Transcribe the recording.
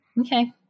Okay